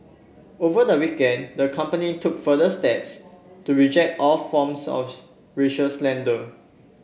over the weekend the company took further steps to reject all forms of racial slander